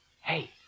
Hey